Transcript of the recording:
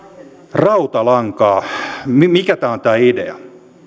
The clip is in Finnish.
rautalankaa mikä tämä on tämä idea